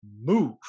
move